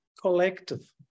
collective